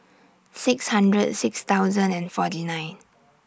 six hundred six thousand and forty nine